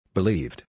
Believed